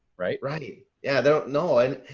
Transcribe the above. right? right. yeah. they don't know. and